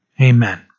amen